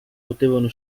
potevano